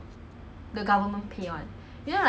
then maybe the korfball also